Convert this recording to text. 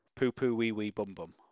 Poo-poo-wee-wee-bum-bum